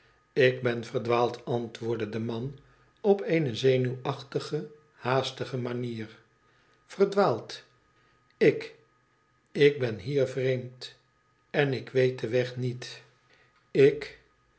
ik ben verdwaald antwoordde de man op eene zenuwachtige haastige macier t verdwaald ik ik ben hier vreemd en ik weet den weg niet ik